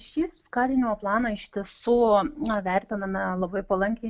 šį skatinimo planą iš tiesų na vertiname labai palankiai